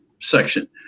section